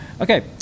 Okay